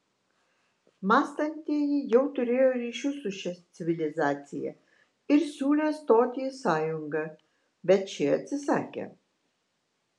mąstantieji jau turėjo ryšių su šia civilizacija ir siūlė stoti į sąjungą bet šie atsisakė